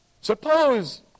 Suppose